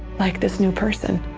like this new person.